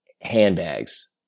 handbags